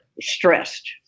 stressed